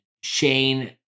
Shane